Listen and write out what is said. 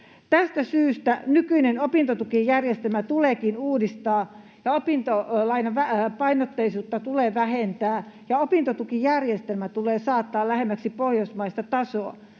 Tästä syystä nykyinen opintotukijärjestelmä tuleekin uudistaa ja opintolainapainotteisuutta tulee vähentää ja opintotukijärjestelmä tulee saattaa lähemmäksi pohjoismaista tasoa.